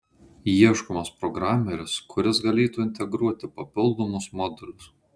ieškomas programeris kuris galėtų integruoti papildomus modulius